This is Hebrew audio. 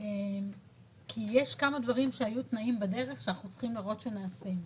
כי יש כמה דברים שהיו תנאים בדרך שאנחנו צריכים לראות שנעשים,